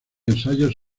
ensayos